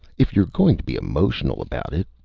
if you're going to be emotional about it!